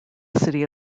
city